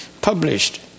published